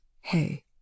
hey